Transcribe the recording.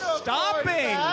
stopping